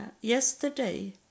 yesterday